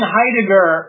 Heidegger